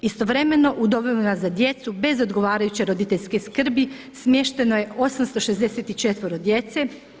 Istovremeno u domovima za djecu bez odgovarajuće roditeljske skrbi smješteno je 864 djece.